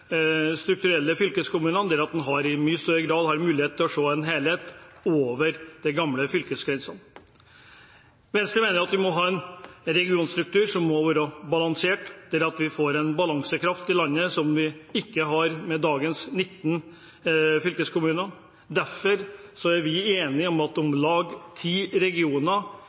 strukturelle fylkeskommunene, der en i mye større grad har mulighet til å se en helhet over de gamle fylkesgrensene. Venstre mener vi må ha en regionstruktur som er balansert, der vi får en balansekraft i landet som vi ikke har med dagens 19 fylkeskommuner. Derfor er vi enige om at det er viktig å få til om lag ti regioner.